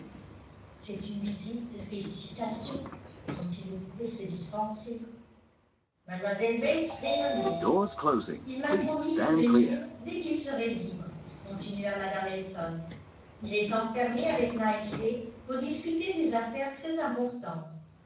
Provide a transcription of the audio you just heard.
c'est une visite de félicitations dont il ne pouvait se dispenser mlle bates rayonnait il m'a promis de venir dès qu'il serait libre continua mme elton il est enfermé avec knightley pour discuter des affaires très importantes